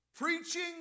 Preaching